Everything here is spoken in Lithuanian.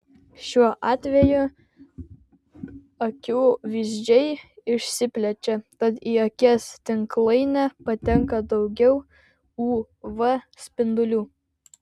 šiuo atveju akių vyzdžiai išsiplečia tad į akies tinklainę patenka daugiau uv spindulių